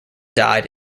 died